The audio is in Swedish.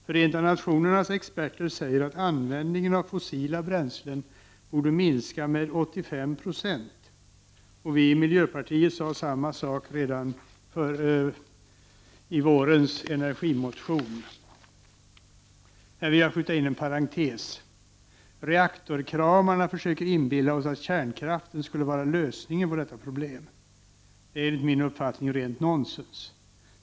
Förenta nationernas experter säger att användningen av fossila bränslen borde minskas med 85 96, och vi i miljöpartiet sade samma sak redan i vårens energimotion. Här vill jag skjuta in en parentes. Reaktorkramarna försöker inbilla oss att kärnkraften skulle kunna vara lösningen på detta problem. Detta är enligt min uppfattning rent nonsens.